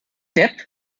depp